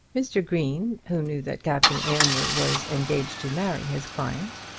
mr. green, who knew that captain aylmer was engaged to marry his client,